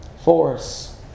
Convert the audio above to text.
Force